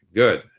good